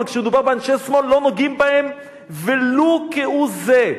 אבל כשמדובר באנשי שמאל לא נוגעים בהם כהוא זה.